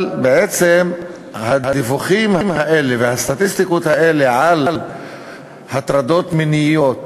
אבל בעצם הוויכוחים האלה והסטטיסטיקות האלה על הטרדות מיניות